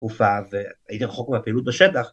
‫הופעה, והייתי רחוק מהפעילות בשטח.